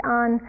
on